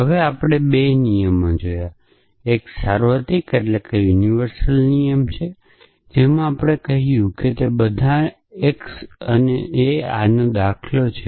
હવે આપણે 2 નિયમો જોયા છે એક સાર્વત્રિક નિયમ આપણે કહ્યું હતું કે બધાથી x અને તે આનો દાખલો છે